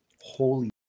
holy